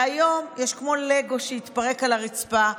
והיום יש כמו לגו שהתפרק על הרצפה,